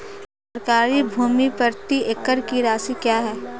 सरकारी भूमि प्रति एकड़ की राशि क्या है?